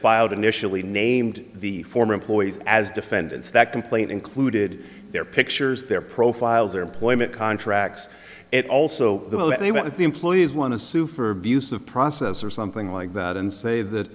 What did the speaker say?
filed initially named the former employees as defendants that complaint included their pictures their profiles their employment contracts and also the employees want to sue for abuse of process or something like that and say that